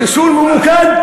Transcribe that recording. חיסול ממוקד,